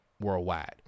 Worldwide